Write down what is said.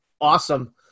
awesome